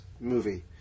movie